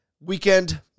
Weekend